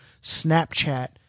Snapchat